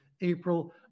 April